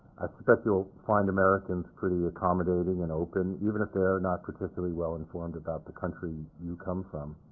i suspect you'll find americans pretty accommodating and open, even if they are not particularly well-informed about the country you come from.